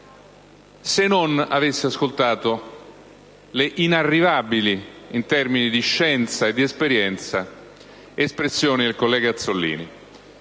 se non avessi ascoltato le inarrivabili, in termini di scienza e di esperienza, espressioni del senatore Azzollini.